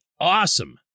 awesome